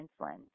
insulin